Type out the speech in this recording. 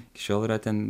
iki šiol yra ten